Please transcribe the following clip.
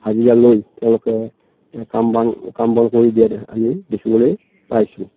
হাজিৰা লৈ তেওঁলোকে কাম বন কাম বন কৰি দিয়া আমি দেখিবলৈ পাইছোঁ